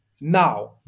Now